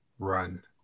Run